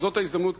זאת ההזדמנות